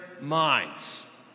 minds